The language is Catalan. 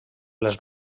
les